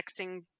texting